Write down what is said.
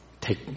Take